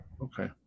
okay